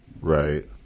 Right